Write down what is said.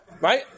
Right